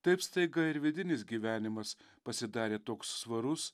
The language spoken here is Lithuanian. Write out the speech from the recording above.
taip staiga ir vidinis gyvenimas pasidarė toks svarus